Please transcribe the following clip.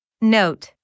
Note